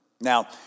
Now